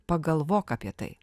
pagalvok apie tai